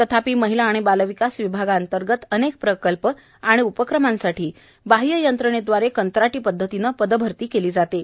तथापि महिला आणि बालविकास विभागाअंतर्गत अनेक प्रकल्प उपक्रमांसाठी बाह्ययंत्रणेदवारे कंत्राटी पदधतीने पदभरती केली जाते